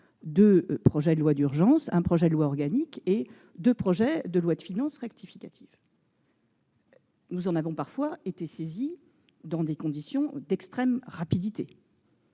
deux projets de loi d'urgence, un projet de loi organique et deux projets de loi de finances rectificative. Parfois saisi de ces textes dans des conditions d'extrême rapidité,